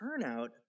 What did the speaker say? turnout